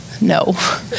No